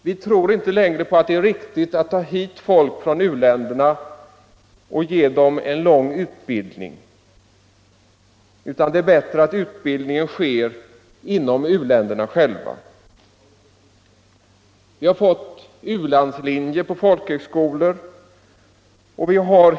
Vi tror inte längre på att det är riktigt att ta hit folk från u-länderna och ge dem en lång utbildning. Det är bättre att utbildningen sker inom u-länderna själva. Vi har fått u-landslinjer på vissa folkhögskolor.